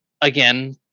again